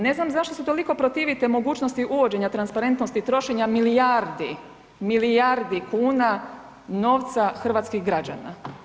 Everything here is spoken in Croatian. Ne znam zašto se toliko protivite mogućnosti uvođenja transparentnosti trošenja milijardi, milijardi kuna novca hrvatskih građana.